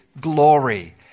glory